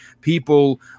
people